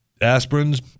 aspirins